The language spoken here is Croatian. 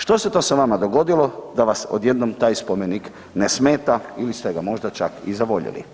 Što se to sa vama dogodilo da vas odjednom taj spomenik ne smeta ili ste ga možda čak i zavoljeli?